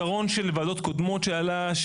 הפתרון של ועדות קודמות שעלה,